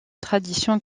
tradition